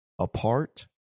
apart